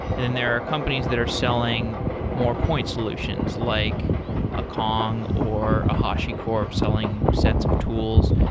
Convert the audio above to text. then there are companies that are selling more points solutions, like a kong, or a hashicorp selling sets of tools.